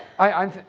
i'm,